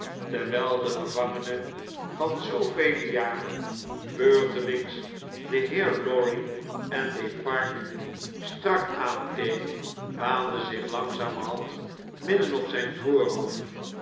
terwijl de gevangene van zoovele jaren beurtelings den heer lorry en defarge strak aankeek baanden zich langzamerhand midden op zijn voorhoofd